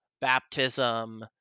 baptism